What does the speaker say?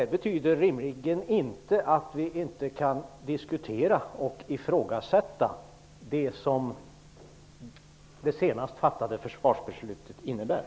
Det betyder rimligen att vi inte kan diskutera och ifrågasätta det senast fattade försvarsbeslutets innebörd.